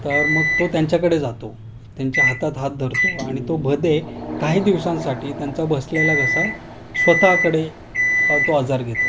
तर मग तो त्यांच्याकडे जातो त्यांच्या हातात हात धरतो आणि तो भदे काही दिवसांसाठी त्यांचा बसलेला घसा स्वतःकडे तो आजार घेतो